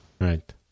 right